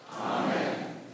Amen